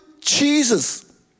Jesus